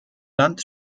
land